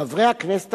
חברי הכנסת